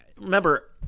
remember